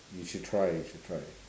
you should try you should try